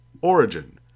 Origin